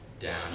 Down